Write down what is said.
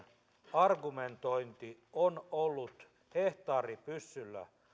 argumentointi on ollut hehtaaripyssyllä